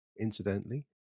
incidentally